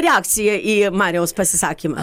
reakcija į mariaus pasisakymą